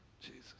Jesus